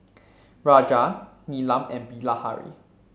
Raja Neelam and Bilahari